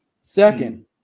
Second